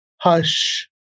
Hush